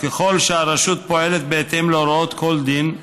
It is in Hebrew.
וככל שהרשות פועלת בהתאם להוראות כל דין,